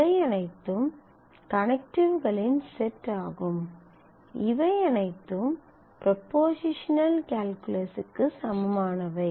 இவை அனைத்தும் கனெக்டிவ்களின் செட் ஆகும் இவை அனைத்தும் ப்ரொப்பொசிஷனல் கால்குலஸுக்கு சமமானவை